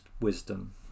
wisdom